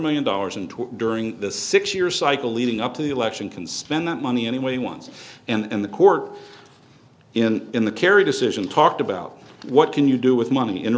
million dollars and during the six year cycle leading up to the election can spend that money anyway once and the court in in the kerry decision talked about what can you do with money in